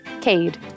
Cade